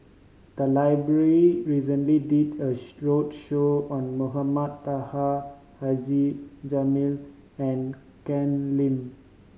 the library recently did a roadshow on Mohamed Taha Haji Jamil and Ken Lim